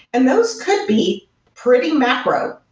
and those could be pretty macro.